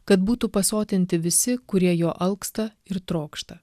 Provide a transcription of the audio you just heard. kad būtų pasotinti visi kurie jo alksta ir trokšta